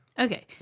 Okay